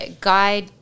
Guide